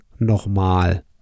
nochmal